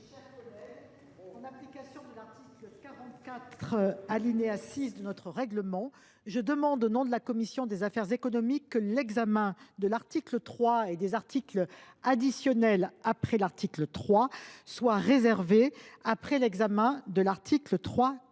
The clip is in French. En application de l’article 44, alinéa 6, du règlement, je demande, au nom de la commission des affaires économiques, que l’examen de l’article 3 et des amendements portant articles additionnels après l’article 3 soit réservé après l’examen de l’article 3,